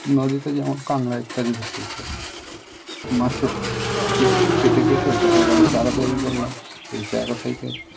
নদীতে যেমন কাঁকড়া ইত্যাদি ধরতে পারে মাছের পিস কেটে কেটে দেখা গেল চারা তৈরি করলাম এই চারা থেকে